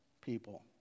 people